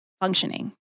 functioning